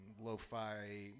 Lo-fi